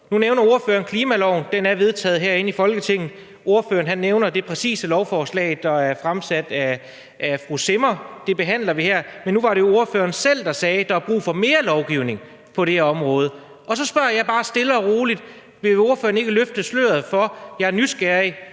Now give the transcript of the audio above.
Nu nævner ordføreren klimaloven; den er vedtaget herinde i Folketinget. Ordføreren nævner det præcise lovforslag, der er fremsat af fru Susanne Zimmer; det behandler vi her. Men nu var det jo ordføreren selv, der sagde, at der er brug for mere lovgivning på det her område, og så spørger jeg bare stille og roligt: Vil ordføreren ikke løfte sløret for – jeg er nysgerrig;